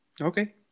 Okay